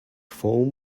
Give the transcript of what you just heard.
foam